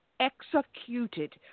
executed